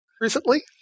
recently